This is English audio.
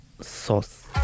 sauce